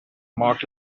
mocked